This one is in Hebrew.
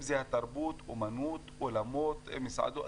אם זה תרבות, אומנות, אולמות, מסעדות,